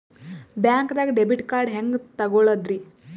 ಬ್ಯಾಂಕ್ದಾಗ debit card ಹೆಂಗ್ ತಗೊಳದ್ರಿ?